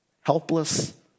helpless